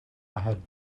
had